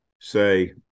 say